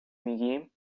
میگیم